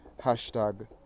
Hashtag